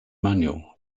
manual